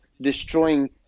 destroying